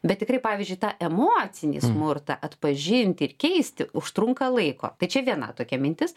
bet tikrai pavyzdžiui tą emocinį smurtą atpažinti ir keisti užtrunka laiko tačiau viena tokia mintis